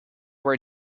were